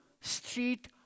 street